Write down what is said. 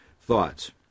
thoughts